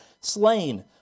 slain